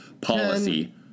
policy